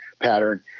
pattern